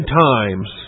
times